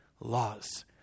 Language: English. laws